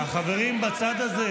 החברים בצד הזה,